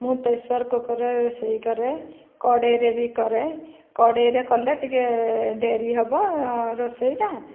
ମୁଁ ପ୍ରେସର କୁକରରେ ରୋଷେଇ କରେ କଡ଼େଇ ରେ ବି କରେ କଡ଼େଇରେ କଲେ ଟିକିଏ ଡେରିହେବ ରୋଷେଇଟା